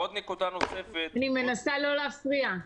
אני מנסה לא להפריע.